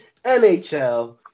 NHL